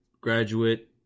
Graduate